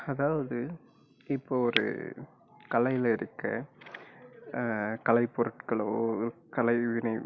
அதாவது இப்போது ஒரு கலையில் இருக்க கலை பொருட்களோ கலைவினை